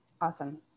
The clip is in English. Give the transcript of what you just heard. Awesome